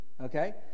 okay